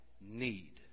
need